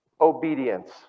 obedience